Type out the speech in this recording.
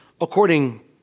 according